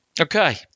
Okay